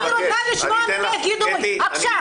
אני רוצה לשמוע את הגינוי עכשיו.